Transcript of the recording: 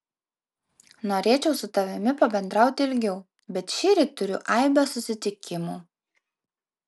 norėčiau su tavimi pabendrauti ilgiau bet šįryt turiu aibę susitikimų